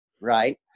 right